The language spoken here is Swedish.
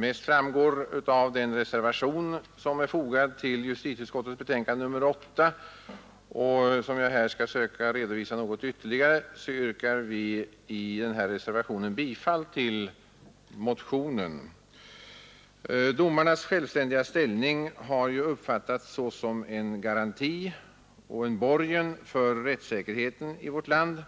bäst framgår av den reservation som är fogad vid justitieutskottets betänkande nr 8 och som jag här skall försöka redovisa något ytterligare, yrkar vi i reservationen bifall till denna motion. Domarnas självständiga ställning har uppfattats som en garanti och borgen för rättssäkerheten i vårt land.